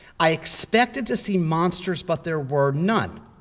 i expected to see monsters, but there were none.